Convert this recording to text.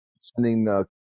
sending